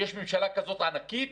יש ממשלה כזאת ענקית,